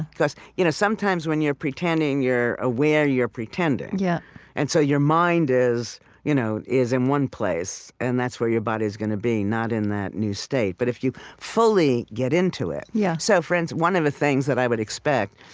because you know sometimes, when you're pretending, you're aware you're pretending, yeah and so your mind is you know is in one place, and that's where your body's going to be, not in that new state. but if you fully get into it yeah so for instance, one of the things that i would expect,